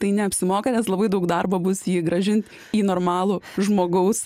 tai neapsimoka nes labai daug darbo bus jį grąžinti į normalų žmogaus